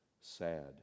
sad